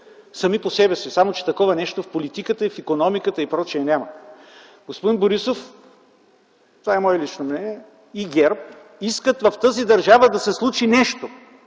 сами по себе си. Само че такова нещо в политиката, в икономиката и прочие няма. Господин Борисов и ГЕРБ, това е мое лично мнение, искат в тази държава да се случи нещо.